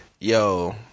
yo